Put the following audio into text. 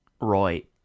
Right